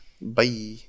Bye